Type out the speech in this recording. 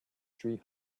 three